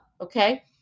Okay